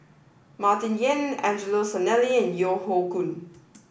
Martin Yan Angelo Sanelli and Yeo Hoe Koon